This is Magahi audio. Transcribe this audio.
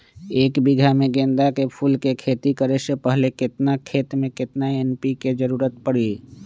एक बीघा में गेंदा फूल के खेती करे से पहले केतना खेत में केतना एन.पी.के के जरूरत परी?